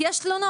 כי יש תלונות,